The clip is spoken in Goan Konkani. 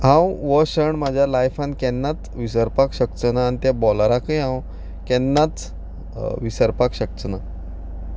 हांव हो श्रण म्हज्या लायफांत केन्नाच विसरपाक शकचो ना आनी त्या बॉलराकूय हांव केन्नाच विसरपाक शकचो ना